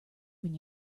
when